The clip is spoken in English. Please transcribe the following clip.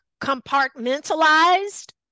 compartmentalized